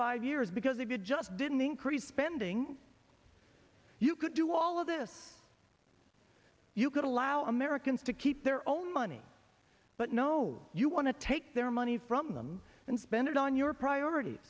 five years because if you just didn't increase spending you could do all of this you could allow americans to keep their own money but no you want to take their money from them and spend it on your prior